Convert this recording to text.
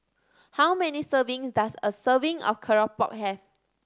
how many serving does a serving of keropok have